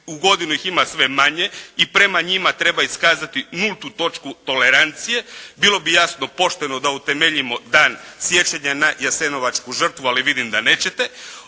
u godinu ih ima sve manje. I prema njima treba iskazati nultu točku tolerancije. Bilo bi jasno pošteno da utemeljimo dan sjećanja na jasenovačku žrtvu, ali vidim da nećete.